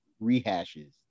rehashes